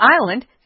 Island